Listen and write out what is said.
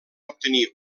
obtenir